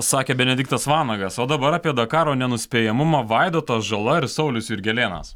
sakė benediktas vanagas o dabar apie dakaro nenuspėjamumą vaidotas žala ir saulius jurgelėnas